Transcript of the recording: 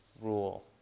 rule